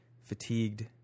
fatigued